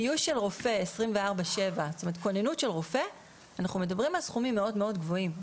כוננות של רופא 24/7 אנחנו מדברים על סכומים מאוד מאוד גבוהים.